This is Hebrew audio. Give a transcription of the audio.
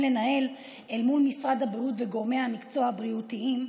לנהל אל מול משרד הבריאות וגורמי המקצוע הבריאותיים.